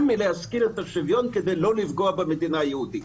מלהזכיר את השוויון כדי לא לפגוע במדינה היהודית.